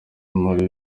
marie